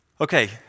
Okay